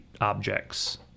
objects